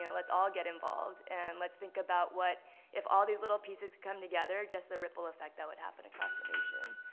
yeah let's all get involved. and let's think about what if all these little pieces come together, just the ripple effect that would happen across the nation.